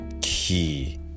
Key